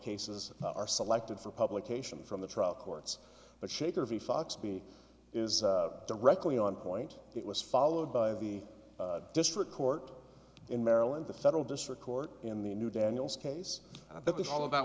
cases are selected for publication from the trial courts but shaker v fox b is directly on point it was followed by the district court in maryland the federal district court in the new daniel's case i think this is all about